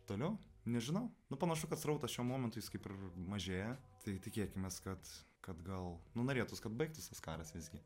toliau nežinau nu panašu kad srautas šiuo momentu jis kaip ir mažėja tai tikėkimės kad kad gal nu norėtųs kad baigtųs tas karas visgi